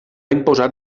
imposar